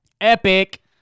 Epic